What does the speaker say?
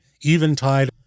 Eventide